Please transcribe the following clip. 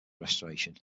restoration